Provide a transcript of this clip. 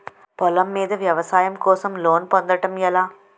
పొలం మీద వ్యవసాయం కోసం లోన్ పొందటం ఎలా?